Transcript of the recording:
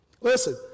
Listen